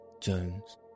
Jones